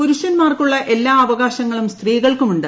പുരുഷൻമാർക്കുള്ള എല്ലാ അവകാശങ്ങളും സ്ത്രീകൾക്കുമുണ്ട്